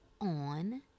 on